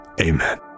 Amen